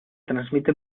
transmite